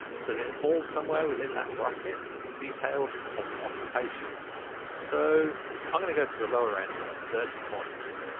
so that it falls somewhere within that bracket that is detailed on the occupation so i'm going to go for the lower end, thirty points